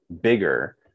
bigger